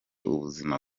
ubuzima